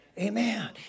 Amen